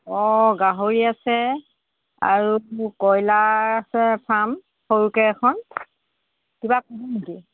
অঁ গাহৰি আছে আৰু কইলাৰ আছে ফাৰ্ম সৰুকৈ এখন কিবা লাগিছিলে নেকি